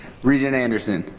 regent anderson.